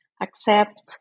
accept